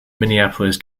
minneapolis